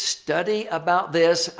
study about this.